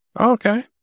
Okay